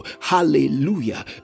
Hallelujah